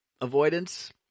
avoidance